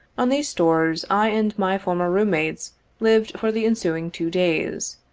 on these stores, i and my former room-mates lived for the ensuing two days,